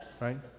right